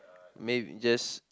maybe just